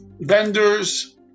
vendors